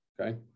okay